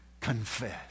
confess